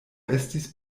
estis